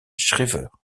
shriver